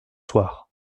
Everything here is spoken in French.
soir